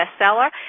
bestseller